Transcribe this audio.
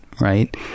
right